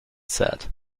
said